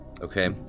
Okay